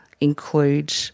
include